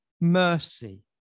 mercy